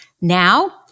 Now